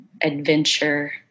adventure